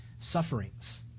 sufferings